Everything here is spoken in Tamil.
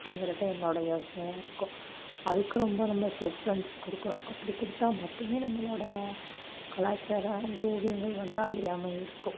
அப்படிங்கிறது என்னோடய யோசனையாக இருக்கும் அதுக்கு ரொம்ப ரொம்ப ஃபிரிஃப்பரன்ஸ் கொடுக்கணும் அப்படி கொடுத்தா மட்டுமே நம்மளோடய கலாச்சாரம் அந்த ஓவியங்கள் வந்து அழியாமல் இருக்கும்